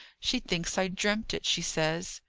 she thinks i dreamt it, she says.